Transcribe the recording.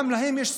גם להם יש זכויות.